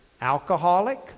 Alcoholic